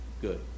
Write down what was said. Good